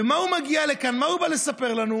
ומה, הוא מגיע לכאן, ומה הוא בא לספר לנו?